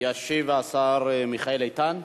ישיב השר מיכאל איתן.